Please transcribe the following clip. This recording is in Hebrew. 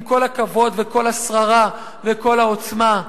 עם כל הכבוד וכל השררה וכל העוצמה.